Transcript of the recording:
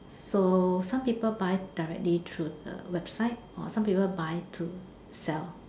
so some people buy directly through the website or some people buy to sell